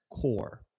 core